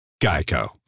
Geico